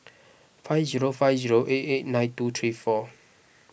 five zero five zero eight eight nine two three four